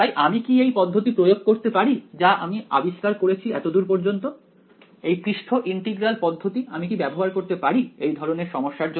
তাই আমি কি এই পদ্ধতি প্রয়োগ করতে পারি যা আমি আবিষ্কার করেছি এতদূর পর্যন্ত এই পৃষ্ঠ ইন্টিগ্রাল পদ্ধতি আমি কি ব্যবহার করতে পারি এই ধরনের সমস্যার জন্য